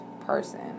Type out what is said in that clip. person